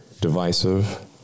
divisive